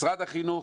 משרד החינוך,